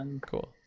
Cool